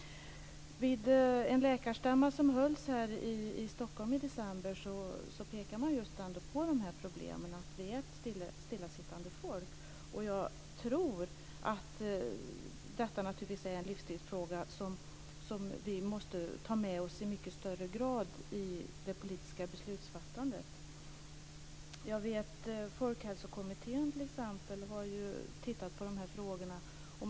Vid den läkarstämma som hölls i Stockholm i december pekade man på de här problemen - att vi är ett stillasittande folk. Denna livsstilsfråga måste vi nog i mycket högre grad ha med i det politiska beslutsfattandet. Folkhälsokommittén t.ex. har tittat på dessa frågor.